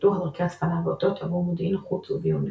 ופיתוח דרכי הצפנה ואותות – עבור מודיעין חוץ וביון נגדי.